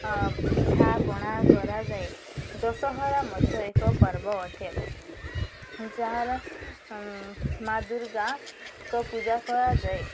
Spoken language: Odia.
ଅ ପିଠାପଣା କରାଯାଏ ଦଶହରା ମଧ୍ୟ ଏକ ପର୍ବ ଅଟେ ଯାହାର ମା' ଦୁର୍ଗାଙ୍କ ପୂଜା କରାଯାଏ